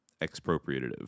expropriative